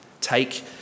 Take